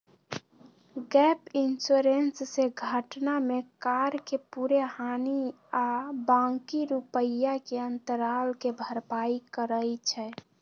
gap insurance से घटना में कार के पूरे हानि आ बाँकी रुपैया के अंतराल के भरपाई करइ छै